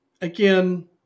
again